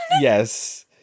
Yes